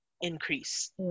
increase